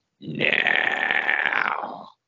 now